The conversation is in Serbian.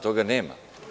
Toga nema.